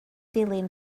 dilyn